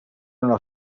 nella